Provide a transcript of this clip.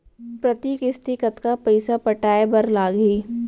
प्रति किस्ती कतका पइसा पटाये बर लागही?